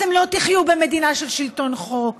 אתם לא תחיו במדינה של שלטון חוק,